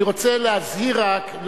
אני רוצה להזהיר רק,